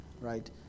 Right